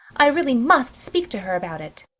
i really must speak to her about it.